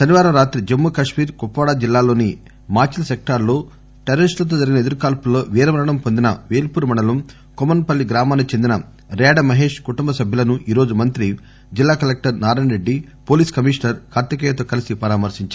శనివారం రాత్రి జమ్మూ కాశ్మీర్ కుప్వారా జిల్లా లోని మాచిల్ సెక్టార్లో టెర్రరిస్టుల తో జరిగిన ఎదురు కాల్పుల్లో వీర మరణం పొందిన పేల్పూర్ మండలం కోమన్ పల్లి గ్రామానికి చెందిన ర్యాడ మహేష్ కుటుంబ సభ్యులను ఈరోజు మంత్రి జిల్లా collector Narayana Reddy police commissioner కార్తికేయతో కలిసి పరామర్పించారు